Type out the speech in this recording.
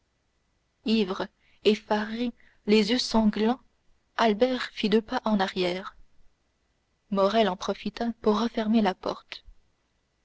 ivre effaré les yeux sanglants albert fit deux pas en arrière morrel en profita pour refermer la porte